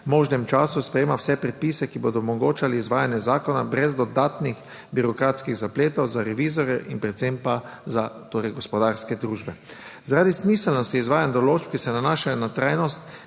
možnem času sprejeme vse predpise, ki bodo omogočali izvajanje zakona, brez dodatnih birokratskih zapletov za revizorje in predvsem za gospodarske družbe. Zaradi smiselnosti izvajanja določb, ki se nanašajo na trajnost,